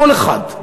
כל אחד.